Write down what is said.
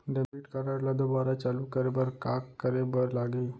Debit card ला दोबारा चालू करे बर का करे बर लागही?